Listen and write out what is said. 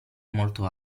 molto